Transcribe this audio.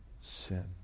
sin